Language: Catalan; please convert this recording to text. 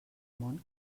món